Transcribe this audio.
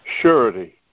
surety